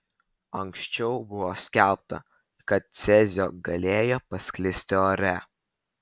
anksčiau buvo skelbta kad cezio galėjo pasklisti ore